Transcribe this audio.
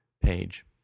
page